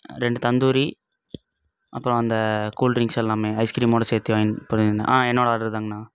ரெண்டு தந்தூரி அப்புறம் அந்த கூல்ட்ரிங்க்ஸ் எல்லாமே ஐஸ்கிரீமோட சேர்த்து வாய்ங்கி போனீங்ணா ஆ என்னோட ஆர்டர் தாங்கணா